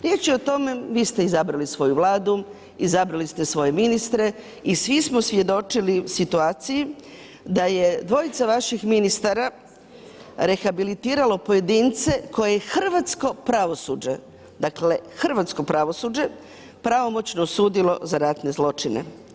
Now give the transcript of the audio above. Riječ je o tome, vi ste izabrali svoju Vladu, izabrali ste svoje ministre, i svi smo svjedočili situaciji da je dvojica vaših ministara rehabilitiralo pojedince koje je hrvatsko pravosuđe, dakle hrvatsko pravosuđe, pravomoćno osudilo za ratne zločine.